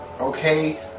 okay